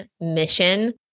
mission